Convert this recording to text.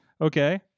Okay